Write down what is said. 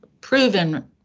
proven